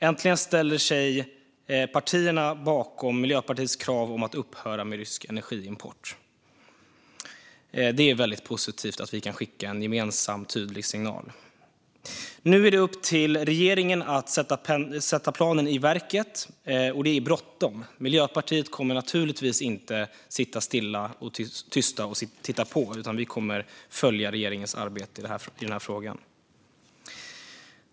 Äntligen ställer sig partierna bakom Miljöpartiets krav om att upphöra med import av rysk energi. Det är väldigt positivt att vi kan skicka en gemensam, tydlig signal. Nu är det upp till regeringen att sätta planen i verket. Och det är bråttom! Miljöpartiet kommer naturligtvis inte att sitta stilla och tysta och titta på. Vi kommer att följa regeringens arbete i den här frågan.